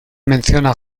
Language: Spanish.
menciona